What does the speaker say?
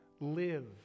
live